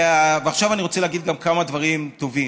ועכשיו אני רוצה להגיד גם כמה דברים טובים.